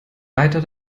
weiter